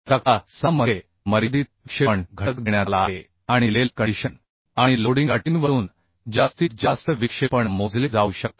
तक्ता 6 मध्ये मर्यादित विक्षेपण घटक देण्यात आला आहे आणि दिलेल्या कंडिशन आणि लोडिंग अटींवरून जास्तीत जास्त विक्षेपण मोजले जाऊ शकते